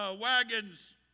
wagons